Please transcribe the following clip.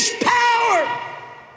power